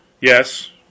Yes